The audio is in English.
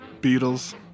Beatles